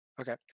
Okay